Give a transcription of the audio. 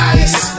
ice